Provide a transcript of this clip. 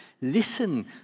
listen